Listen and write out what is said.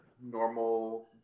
normal